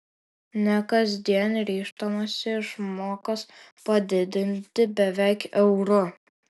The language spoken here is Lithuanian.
ne kasdien ryžtamasi išmokas padidinti beveik euru